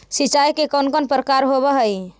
सिंचाई के कौन कौन प्रकार होव हइ?